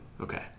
Okay